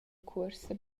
cuorsa